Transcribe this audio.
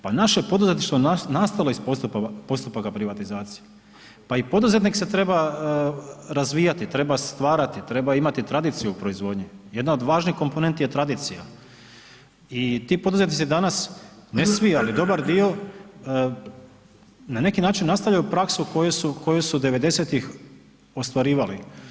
Pa naše poduzetništvo je nastalo iz postupaka privatizacije, pa i poduzetnik se treba razvijati, treba stvarati, treba imati tradiciju u proizvodnji, jedna od važnih komponenti je tradicija i ti poduzetnici danas, ne svi, ali dobar dio, na neki način nastavljaju praksu koju su '90.-tih ostvarivali.